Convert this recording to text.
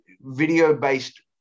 video-based